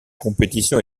compétition